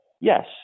Yes